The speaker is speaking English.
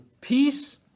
Peace